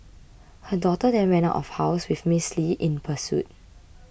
her daughter then ran out of house with Miss Li in pursuit